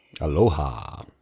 Aloha